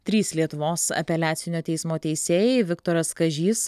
trys lietuvos apeliacinio teismo teisėjai viktoras kažys